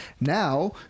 Now